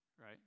Right